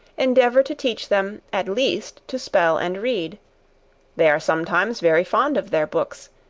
endeavour to teach them, at least to spell and read they are sometimes very fond of their books,